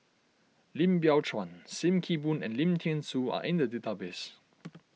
Lim Biow Chuan Sim Kee Boon and Lim thean Soo are in the database